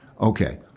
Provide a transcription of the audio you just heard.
Okay